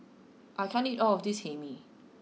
I can't eat all of this Hae Mee